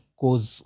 cause